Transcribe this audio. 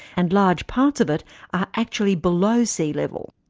and large parts of it are actually below sea level.